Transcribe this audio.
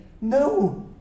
No